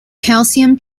calcium